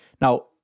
now